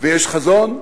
ויש חזון.